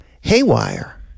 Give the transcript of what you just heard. Haywire